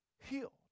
healed